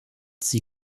sie